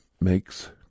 Makes